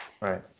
Right